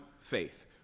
faith